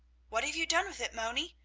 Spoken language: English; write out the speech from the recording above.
what have you done with it, moni?